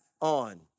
on